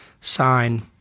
sign